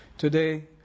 Today